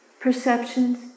perceptions